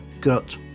gut